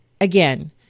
again